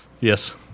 Yes